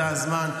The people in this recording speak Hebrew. זה הזמן.